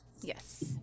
Yes